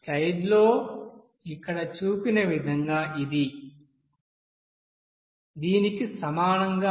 స్లయిడ్లో ఇక్కడ చూపిన విధంగా ఇది కి సమానంగా ఉంటుంది